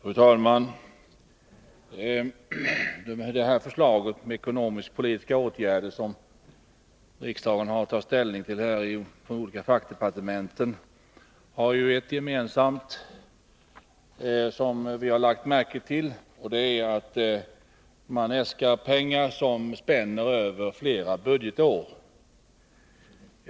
Fru talman! De förslag från de olika fackdepartementen om ekonomiskpolitiska åtgärder som riksdagen har att ta ställning till har ett drag gemensamt, nämligen att äskandena spänner över flera budgetår.